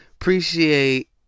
Appreciate